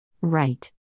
Right